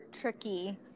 tricky